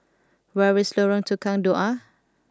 where is Lorong Tukang Dua